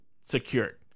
Secured